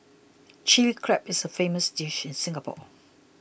Chilli Crab is a famous dish in Singapore